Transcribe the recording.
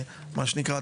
מה שנקרא,